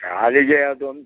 ಕಾಲಿಗೆ ಅದೊಂದು